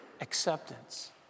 acceptance